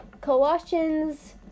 Colossians